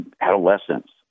adolescence